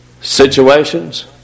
situations